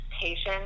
patience